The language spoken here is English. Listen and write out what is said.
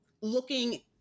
looking